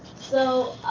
so,